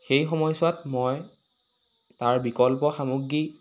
সেই সময়ছোৱাত মই তাৰ বিকল্প সামগ্ৰী